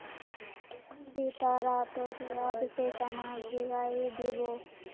सीता रातोत याद से चना भिगइ दी बो